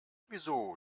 wieso